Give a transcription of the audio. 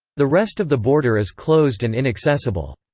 the rest of the border is closed and inaccessible.